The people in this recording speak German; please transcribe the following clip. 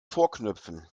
vorknöpfen